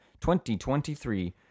2023